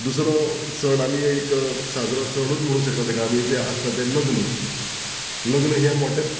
दुसरो सण आमी एक साजरो सणूत म्हणूंक शकता ताका आमी ते आसता ते लग्न लग्न हे मोटे